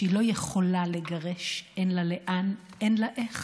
שהיא לא יכולה לגרש, אין לה לאן, אין לה איך.